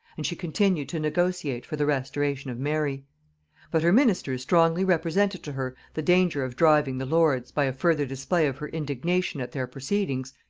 and she continued to negotiate for the restoration of mary but her ministers strongly represented to her the danger of driving the lords, by a further display of her indignation at their proceedings,